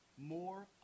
more